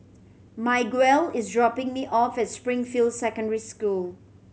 Miguel is dropping me off at Springfield Secondary School